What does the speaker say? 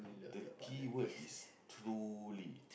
the keyword is truly